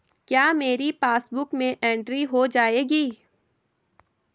क्या मेरी पासबुक में एंट्री हो जाएगी?